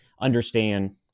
understand